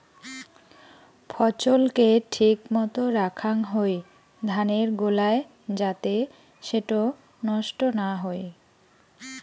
ফছল কে ঠিক মতো রাখাং হই ধানের গোলায় যাতে সেটো নষ্ট না হই